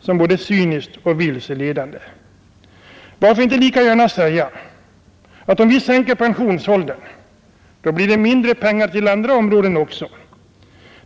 som både cyniskt och vilseledande. Varför inte lika gärna säga att om vi sänker pensionsåldern, blir det mindre pengar också till andra områden.